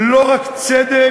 לא רק צדק,